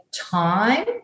time